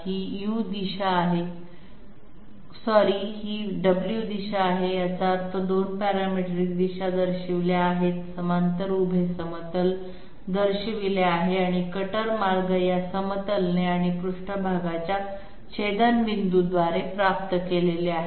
ही u दिशा आहे क्षमस्व ही w दिशा आहे याचा अर्थ 2 पॅरामेट्रिक दिशा दर्शविल्या आहेत समांतर उभे समतल दर्शविले आहे आणि कटर मार्ग या समतलने आणि पृष्ठभागाच्या छेदनबिंदूद्वारे प्राप्त केलेले आहेत